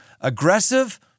aggressive